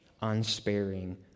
unsparing